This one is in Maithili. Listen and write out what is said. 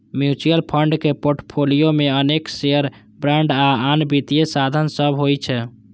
म्यूचुअल फंड के पोर्टफोलियो मे अनेक शेयर, बांड आ आन वित्तीय साधन सभ होइ छै